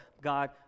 God